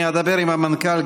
אני אדבר עם המנכ"ל,